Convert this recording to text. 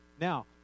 Now